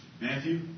Matthew